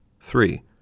Three